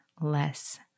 less